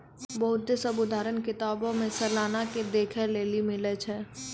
बहुते सभ उदाहरण किताबो मे सलाना के देखै लेली मिलै छै